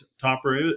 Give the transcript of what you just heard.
topper